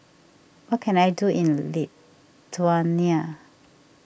what can I do in Lithuania